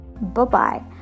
Bye-bye